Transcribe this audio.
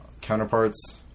counterparts